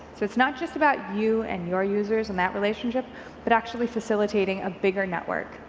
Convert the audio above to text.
so it's not just about you and your users and that relationship but actually facilitate ing a bigger network.